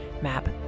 Map